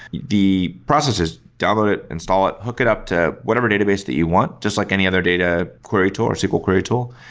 the process is download it, install it, hook it up to whatever database that you want, just like any other data query tool, sql query tool.